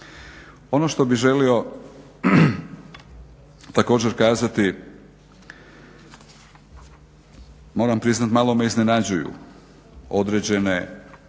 Ono što bih želio također kazati, moram priznati malo me iznenađuju određene